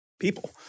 people